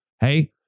Hey